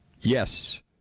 Yes